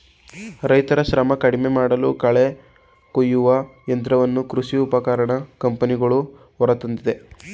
ರೈತರ ಶ್ರಮ ಕಡಿಮೆಮಾಡಲು ಕಳೆ ಕುಯ್ಯುವ ಯಂತ್ರವನ್ನು ಕೃಷಿ ಉಪಕರಣ ಕಂಪನಿಗಳು ಹೊರತಂದಿದೆ